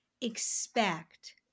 expect